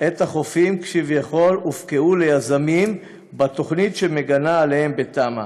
את החופים שכביכול הופקעו ליזמים בתוכנית שמגנה עליהם בתמ"א.